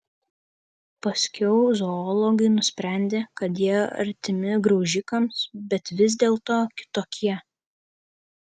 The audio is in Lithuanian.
paskiau zoologai nusprendė kad jie artimi graužikams bet vis dėlto kitokie